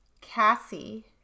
Cassie